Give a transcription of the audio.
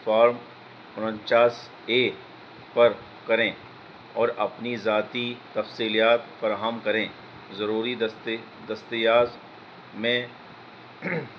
form اننچاس A پر کریں اور اپنی ذاتی تفصیلات فراہم کریں ضروری دستاویز میں